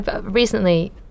recently